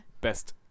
best